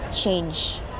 change